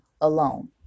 alone